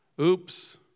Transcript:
Oops